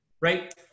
right